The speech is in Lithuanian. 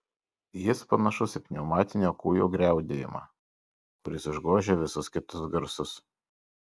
jis panašus į pneumatinio kūjo griaudėjimą kuris užgožia visus kitus garsus